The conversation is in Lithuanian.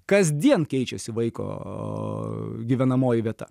kasdien keičiasi vaiko gyvenamoji vieta